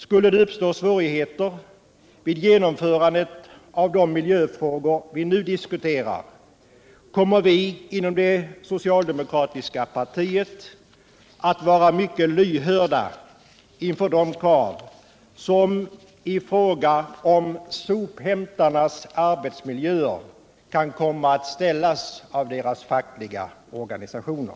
Skulle det uppstå svårigheter vid genomförandet av de miljöfrågor vi nu diskuterar, kommer vi inom det socialdemokratiska partiet att vara mycket lyhörda inför de krav som i fråga om sophämtarnas arbetsmiljöer kan komma att ställas av deras fackliga organisationer.